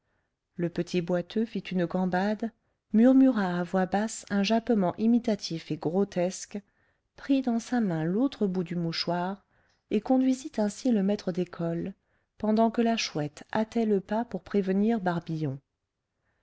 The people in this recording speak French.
le petit boiteux fit une gambade murmura à voix basse un jappement imitatif et grotesque prit dans sa main l'autre bout du mouchoir et conduisit ainsi le maître d'école pendant que la chouette hâtait le pas pour prévenir barbillon